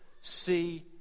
see